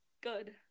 good